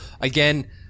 Again